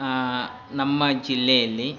ನಮ್ಮ ಜಿಲ್ಲೆಯಲ್ಲಿ